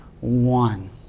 one